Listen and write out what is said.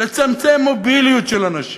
לצמצם מוביליות של אנשים,